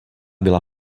byla